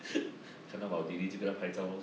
看到 maldini 拍照